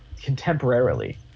contemporarily